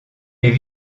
est